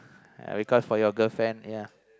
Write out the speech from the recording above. Uh because for your girlfriend ya